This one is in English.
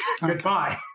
Goodbye